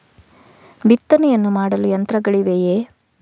ಬಿತ್ತನೆಯನ್ನು ಮಾಡಲು ಯಂತ್ರಗಳಿವೆಯೇ?